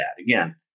Again